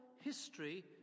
history